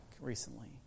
recently